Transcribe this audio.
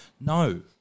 No